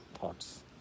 thoughts